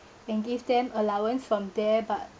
and give them allowance from there but